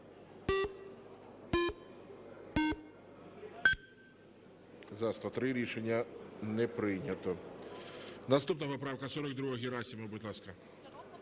За-91 Рішення не прийнято.